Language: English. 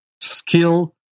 skill